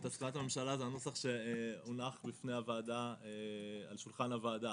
את הסכמת הממשלה זה הנוסח שהונח על השולחן הוועדה.